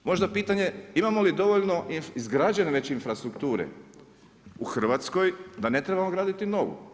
Možda pitanje, imamo li dovoljno izgrađene već infrastrukture u Hrvatskoj, da ne trebamo graditi novu.